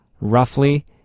roughly